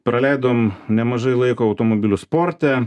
praleidom nemažai laiko automobilių sporte